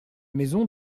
maison